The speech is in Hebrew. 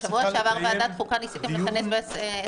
בשבוע שעבר את ועדת החוקה ניסיתם לכנס ב-22:30.